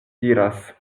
diras